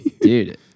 Dude